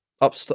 up